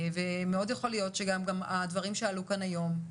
יכול להיות שהדברים שעלו כאן היום,